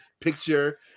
picture